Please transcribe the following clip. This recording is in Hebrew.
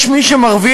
יש מי שמרוויח,